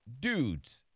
dudes